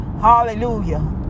Hallelujah